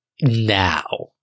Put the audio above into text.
Now